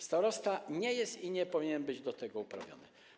Starosta nie jest i nie powinien być do tego uprawniony.